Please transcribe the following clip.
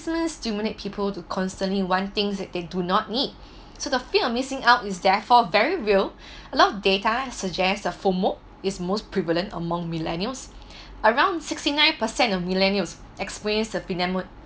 people to constantly want things that they do not need so the fear of missing out is therefore very real a lot data suggests a FOMO is most prevalent among millennials around sixty nine percent of millennials experience the phenemon~